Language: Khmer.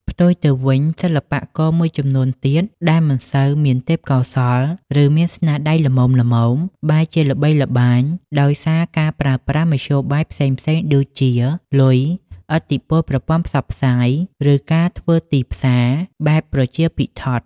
ផ្ទុយទៅវិញ សិល្បករមួយចំនួនទៀតដែលមិនសូវមានទេពកោសល្យ ឬមានស្នាដៃល្មមៗ បែរជាល្បីល្បាញដោយសារការប្រើប្រាស់មធ្យោបាយផ្សេងៗដូចជា លុយ ឥទ្ធិពលប្រព័ន្ធផ្សព្វផ្សាយ ឬការធ្វើទីផ្សារបែបប្រជាភិថុតិ។